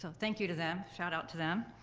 so thank you to them, shout out to them.